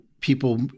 people